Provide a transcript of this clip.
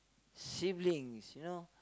siblings you know